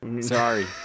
Sorry